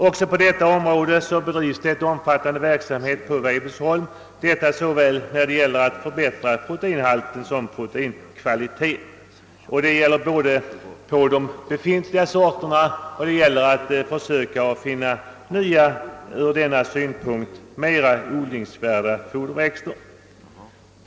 Också på detta område bedrivs en omfattande verksamhet på Weibullsholm för att förbättra såväl proteinhalten som proteinkvaliteten. Detta arbete utförs både på befintliga sorter och för utveckling av nya, ur dessa synpunkter mera odlingsvärda foderväxter.